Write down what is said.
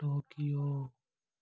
Tokyo